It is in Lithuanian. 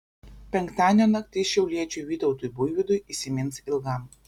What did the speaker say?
penktadienio naktis šiauliečiui vytautui buivydui įsimins ilgam